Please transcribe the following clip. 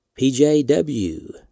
PJW